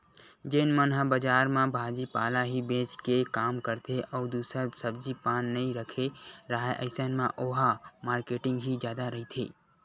जेन मन ह बजार म भाजी पाला ही बेंच के काम करथे अउ दूसर सब्जी पान नइ रखे राहय अइसन म ओहा मारकेटिंग ही जादा रहिथे